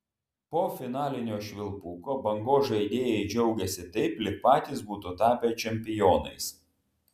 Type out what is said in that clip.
po finalinio švilpuko bangos žaidėjai džiaugėsi taip lyg patys būtų tapę čempionais